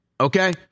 okay